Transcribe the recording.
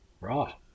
Right